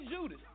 Judas